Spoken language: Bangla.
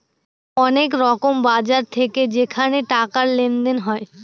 অনেক এরকম বাজার থাকে যেখানে টাকার লেনদেন হয়